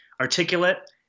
articulate